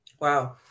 Wow